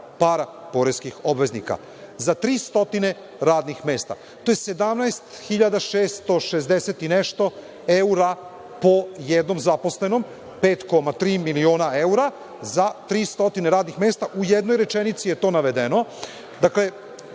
para poreskih obveznika za tri stotine radnih mesta. To je 17.660 i nešto evra po jednom zaposlenom, 5,3 miliona evra za 300 radnih mesta. U jednoj rečenici je to navedeno. Dakle,